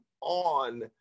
on